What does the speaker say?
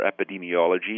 epidemiology